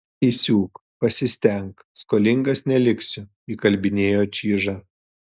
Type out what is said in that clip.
įsiūk pasistenk skolingas neliksiu įkalbinėjo čyžą